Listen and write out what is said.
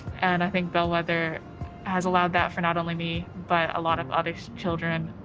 and i think bellwether has allowed that for not only me, but a lot of other children.